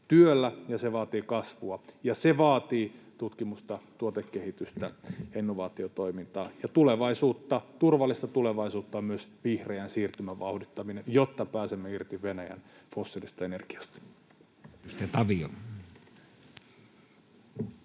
ja se vaatii kasvua ja se vaatii tutkimusta, tuotekehitystä, innovaatiotoimintaa. Tulevaisuutta, turvallista tulevaisuutta, on myös vihreän siirtymän vauhdittaminen, jotta pääsemme irti Venäjän fossiilisesta energiasta.